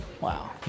Wow